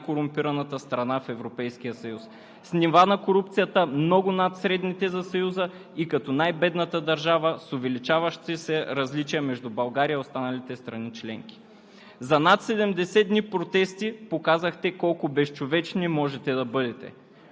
която не отбелязва никакъв напредък според индексите, и заема твърдо първо място като най-корумпираната страна в Европейския съюз, с нива на корупцията много над средните за Съюза, и като най-бедната държава с увеличаващи се различия между България и останалите страни членки.